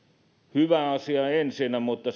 hyvä asia ensinnä mutta